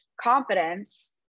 confidence